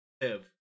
live